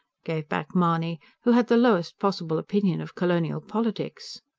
gave back mahony, who had the lowest possible opinion of colonial politics.